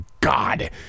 God